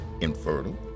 infertile